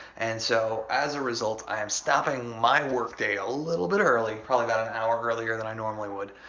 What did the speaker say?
and so, as a result, i am stopping my workday a little bit early, probably about an hour earlier than i normally would,